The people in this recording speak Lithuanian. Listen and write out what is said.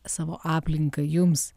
savo aplinka jums